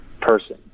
person